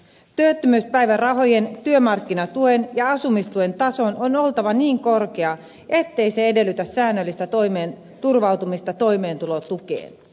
työttömyyspäivärahojen työmarkkinatuen ja asumistuen tason on oltava niin korkea ettei se edellytä säännöllistä turvautumista toimeentulotukeen